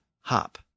hop